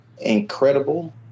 incredible